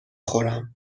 خورم